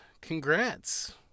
congrats